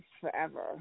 forever